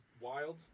wild